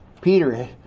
Peter